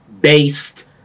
based